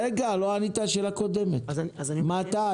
רגע, לא ענית על השאלה הקודמת: מתי?